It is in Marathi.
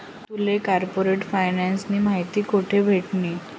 तुले कार्पोरेट फायनान्सनी माहिती कोठे भेटनी?